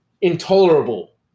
intolerable